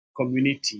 community